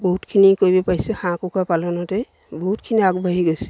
বহুতখিনি কৰিব পাইছে হাঁহ কুকুৰা পালনতে বহুতখিনি আগবাঢ়ি গৈছে